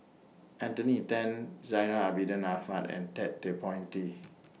Anthony Then Zainal Abidin Ahmad and Ted De Ponti